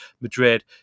Madrid